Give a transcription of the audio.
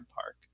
park